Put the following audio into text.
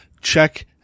check